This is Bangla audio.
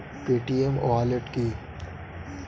পেটিএম ওয়ালেট কি?